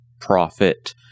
profit